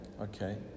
okay